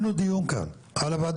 שמענו מכמאל שיש תכנון לזה.